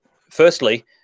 firstly